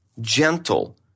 gentle